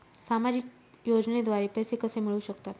सामाजिक योजनेद्वारे पैसे कसे मिळू शकतात?